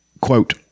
Quote